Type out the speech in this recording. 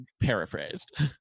paraphrased